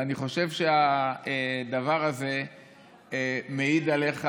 ואני חושב שהדבר הזה מעיד עליך,